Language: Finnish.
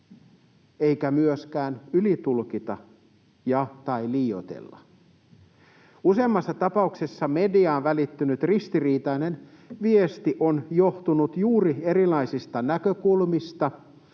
eikä myöskään ylitulkita ja/tai liioitella. Useammassa tapauksessa mediaan välittynyt ristiriitainen viesti on johtunut juuri erilaisista näkökulmista,